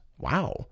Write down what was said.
Wow